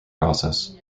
process